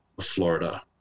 Florida